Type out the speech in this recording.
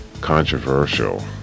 controversial